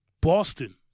Boston